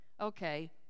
Okay